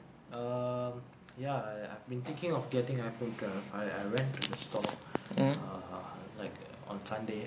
err ya I I've been thinking of getting iphone twelve I I went to the store err like on sunday